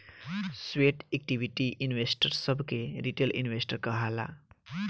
sweat equity investor सभ के retail investor कहाला